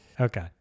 Okay